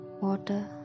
Water